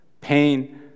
pain